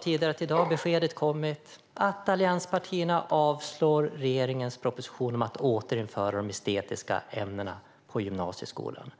Tidigare i dag kom beskedet att allianspartierna avslår regeringens proposition om att återinföra de estetiska ämnena på gymnasieskolan.